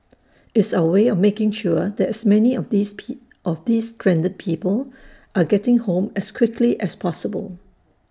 it's our way of making sure that as many of these P of these stranded people are getting home as quickly as possible